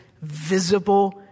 visible